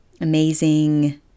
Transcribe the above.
amazing